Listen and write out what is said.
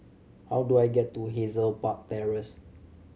how do I get to Hazel Park Terrace